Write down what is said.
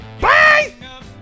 Bye